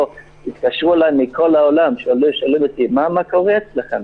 התקשרו אליי מכול העולם ושאלו אותי: מה קורה אצלכם?